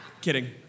kidding